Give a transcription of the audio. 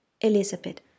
Elizabeth